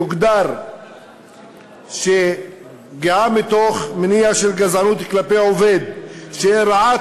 יוגדר שפגיעה מתוך מניע של גזענות כלפי עובד שאירעה